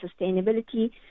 sustainability